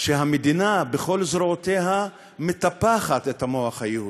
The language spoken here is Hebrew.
שהמדינה בכל זרועותיה מטפחת את המוח היהודי.